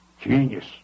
Genius